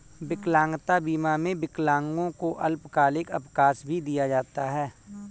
विकलांगता बीमा में विकलांगों को अल्पकालिक अवकाश भी दिया जाता है